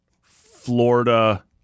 Florida